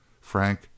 Frank